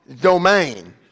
domain